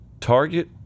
Target